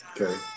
Okay